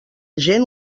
gent